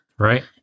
Right